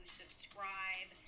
subscribe